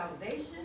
salvation